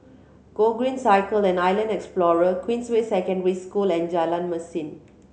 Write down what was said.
Gogreen Cycle and Island Explorer Queensway Secondary School and Jalan Mesin